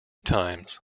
times